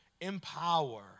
empower